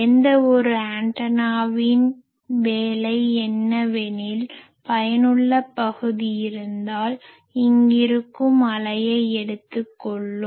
எந்த ஒரு ஆண்டனாவின் வேலை என்னவெனில் பயனுள்ள பகுதி இருந்தால் இங்கிருக்கும் அலையை எடுத்துக் கொள்ளும்